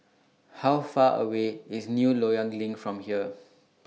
How Far away IS New Loyang LINK from here